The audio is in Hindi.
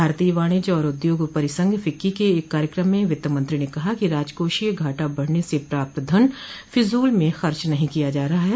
भारतीय वाणिज्य और उद्योग परिसंघ फिक्की के एक कार्यक्रम में वित्त मंत्री ने कहा कि राजकोषीय घाटा बढ़ने से प्राप्त धन फिजूल में खर्च नहीं किया जा रहा है